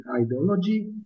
ideology